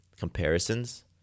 comparisons